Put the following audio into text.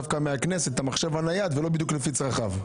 נייד דווקא מהכנסת ולא בדיוק לפי צרכיו,